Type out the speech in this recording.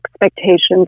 expectations